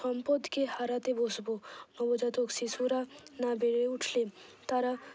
সম্পদকে হারাতে বসব নবজাতক শিশুরা না বেড়ে উঠলে তারা